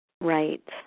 Right